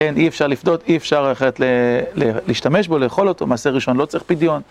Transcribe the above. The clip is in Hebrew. כן, אי אפשר לפדות, אי אפשר אחרת להשתמש בו, לאכול אותו, מעשה ראשון לא צריך פדיון.